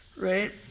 right